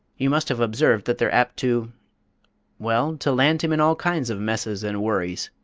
you must have observed that they're apt to well, to land him in all kinds of messes and worries.